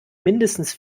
mindestens